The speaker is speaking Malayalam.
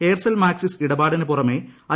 എയർസെൽ മാക്സിസ് ഇടപാടിനു പുറമേ ഐ